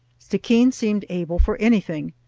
stickeen seemed able for anything.